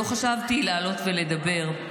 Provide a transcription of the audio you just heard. לא חשבתי לעלות ולדבר,